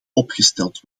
opgesteld